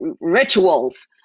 rituals